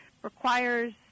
requires